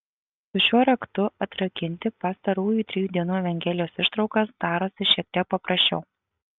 su šiuo raktu atrakinti pastarųjų trijų dienų evangelijos ištraukas darosi šiek tiek paprasčiau